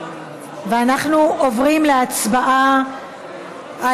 ואנחנו עוברים להצבעה.